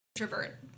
introvert